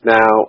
Now